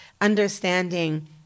understanding